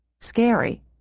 Scary